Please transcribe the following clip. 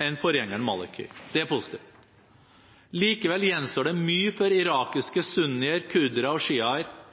enn forgjengeren al-Maliki. Det er positivt. Likevel gjenstår det mye før irakiske sunnier, kurdere og